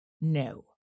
No